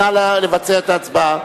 נא לבצע את ההצבעה.